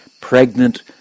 pregnant